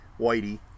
Whitey